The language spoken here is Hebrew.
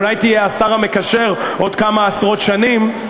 אולי תהיה השר המקשר עוד כמה עשרות שנים,